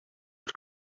бер